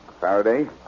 Faraday